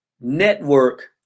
network